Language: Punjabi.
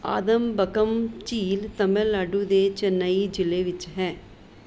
ਆਦਮਬੱਕਮ ਝੀਲ ਤਾਮਿਲਨਾਡੂ ਦੇ ਚੇਨਈ ਜ਼ਿਲ੍ਹੇ ਵਿੱਚ ਹੈ